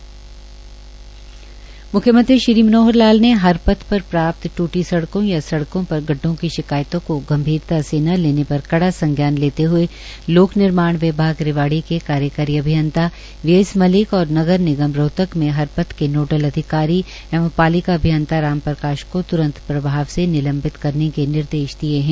हरियाणा के मुख्यमंत्री श्री मनोहर लाल ने हरपथ पर प्राप्त ट्टी सडक़ों या सडक़ों पर गड्ढ़ों की शिकायतों को गम्भीरता से न लेने पर कड़ा संज्ञान लेते हए लोक निर्माण विभाग रेवाड़ी के कार्यकारी अभियन्ता वीएसमलिक और नगरनिगम रोहतक में हरपथ के नोडल अधिकारी एवं पालिका अभियन्ता राम प्रकाश को तुरंत प्रभाव से निलम्बित करने के निर्देश दिए हैं